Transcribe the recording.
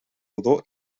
rodó